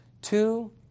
Two